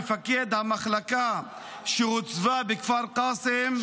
מפקד המחלקה שהוצבה בכפר קאסם,